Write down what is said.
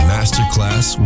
Masterclass